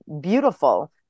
beautiful